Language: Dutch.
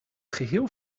geheel